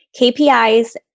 KPIs